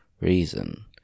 reason